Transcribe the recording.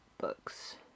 books